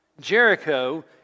Jericho